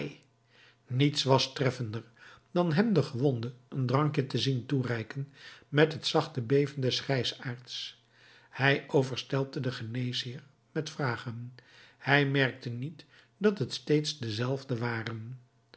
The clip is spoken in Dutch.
niets was treffender dan hem den gewonde een drankje te zien toereiken met het zachte beven des grijsaards hij overstelpte den geneesheer met vragen hij merkte niet dat het steeds dezelfde waren